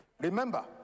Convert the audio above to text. Remember